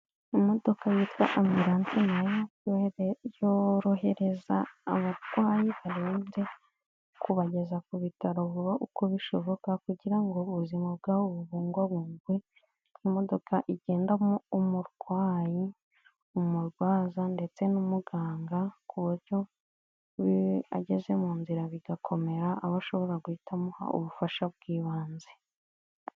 Imodoka yitwa ambulance nayo yorohereza abarwayi barembye kubageza ku bitaro vuba uko bishoboka kugira ngo ubuzima bwabo bubungwabungwe. Imodoka igendamo umurwayi, umurwaza ndetse n'umuganga. Ku buryo ageze mu nzira bigakomera aba ashobora guhita amuha ubufasha bw'ibanze.